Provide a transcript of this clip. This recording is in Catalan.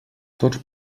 tots